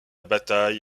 bataille